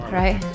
right